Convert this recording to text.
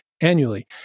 annually